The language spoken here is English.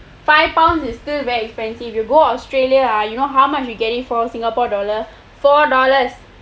five pounds is still very expensive you go australia ah you know how much you get it for singapore dollar four dollars